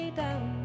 down